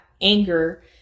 anger